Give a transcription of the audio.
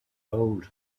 old